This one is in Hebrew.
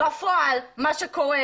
בפועל מה שקורה,